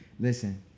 Listen